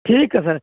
ਠੀਕ ਹੈ ਸਰ